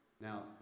Now